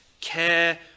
care